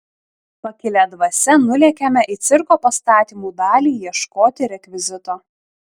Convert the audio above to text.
pakilia dvasia nulėkėme į cirko pastatymų dalį ieškoti rekvizito